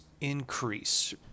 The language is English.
increase